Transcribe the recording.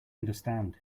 understand